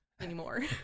anymore